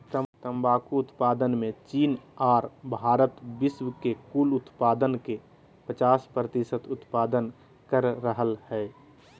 तंबाकू उत्पादन मे चीन आर भारत विश्व के कुल उत्पादन के पचास प्रतिशत उत्पादन कर रहल हई